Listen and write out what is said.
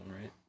right